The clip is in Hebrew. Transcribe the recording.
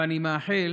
ואני מאחל